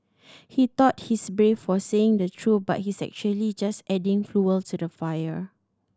he thought he's brave for saying the truth but he's actually just adding fuel to the fire